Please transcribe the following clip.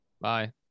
Bye